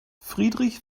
friedrich